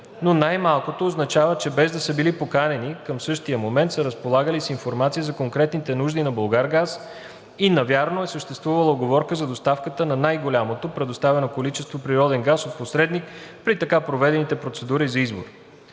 но най-малкото означава, че без да са били поканени, към същия момент са разполагали с информация за конкретните нужди на „Булгаргаз“ и навярно е съществувала уговорка за доставката на най-голямото предоставено количество природен газ от посредник при така проведените процедури за избор.